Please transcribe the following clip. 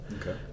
okay